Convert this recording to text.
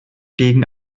gegen